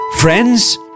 Friends